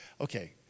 okay